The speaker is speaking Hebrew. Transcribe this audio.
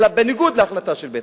אלא בניגוד להחלטה של בית-המשפט,